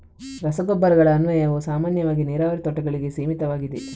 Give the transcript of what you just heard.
ರಸಗೊಬ್ಬರಗಳ ಅನ್ವಯವು ಸಾಮಾನ್ಯವಾಗಿ ನೀರಾವರಿ ತೋಟಗಳಿಗೆ ಸೀಮಿತವಾಗಿದೆ